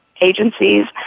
agencies